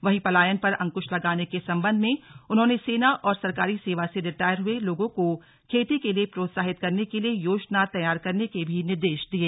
वहीं पलायन पर अंकुश लगाने के संबंध में उन्होंने सेना और सरकारी सेवा से रिटायर हुए लोगों को खेती के लिए प्रोत्साहित करने के लिए योजना तैयार करने के निर्देश भी दिये